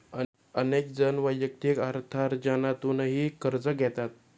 अनेक जण वैयक्तिक अर्थार्जनातूनही कर्ज घेतात